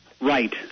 Right